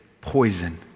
poison